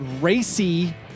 racy